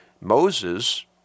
Moses